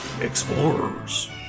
explorers